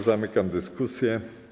Zamykam dyskusję.